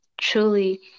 truly